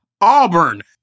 Auburn